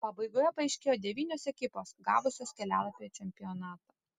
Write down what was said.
pabaigoje paaiškėjo devynios ekipos gavusios kelialapį į čempionatą